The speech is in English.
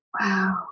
wow